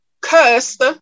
cursed